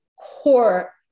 core